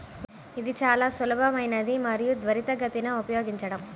ఇది చాలా సులభమైనది మరియు త్వరితగతిన ఉపయోగించడం